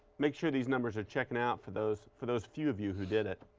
make sure these numbers are checking out for those for those few of you who did it,